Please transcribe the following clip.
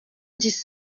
dix